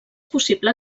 possible